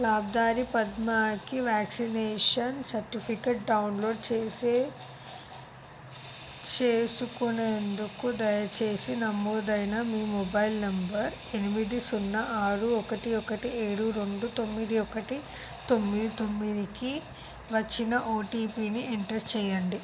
నాక్దారి పద్మాకి vaccination certificate download చేసే చేసుకునేందుకు దయచేసి నమోదైన మీ మొబైల్ నెంబర్ ఎనిమిది సున్నా ఆరు ఒకటి ఒకటి ఏడు రెండు తొమ్మిది ఒకటి తొమ్మిది తొమ్మిదికి వచ్చిన ఓటీపీని ఎంటర్ చేయండి